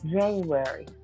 January